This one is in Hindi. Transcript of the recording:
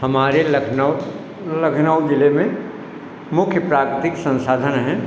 हमारे लखनऊ लखनऊ जिले में मुख्य प्राकृतिक संसाधन हैं